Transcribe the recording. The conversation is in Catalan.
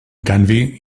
canvi